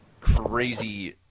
crazy